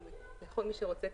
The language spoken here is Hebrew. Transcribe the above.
לכל מי שרוצה,